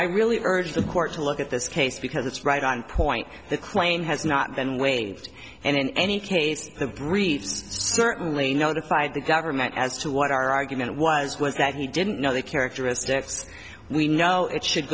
i really urge the court to look at this case because it's right on point the claim has not been waived and in any case the briefs certainly know the fi the government as to what our argument was was that he didn't know the characteristics we know it should